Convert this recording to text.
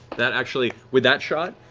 that actually, with that shot,